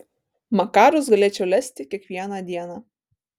makarus galėčiau lesti kiekvieną dieną